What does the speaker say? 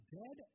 dead